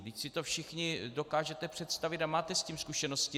Vždyť si to všichni dokážete představit a máte s tím zkušenosti.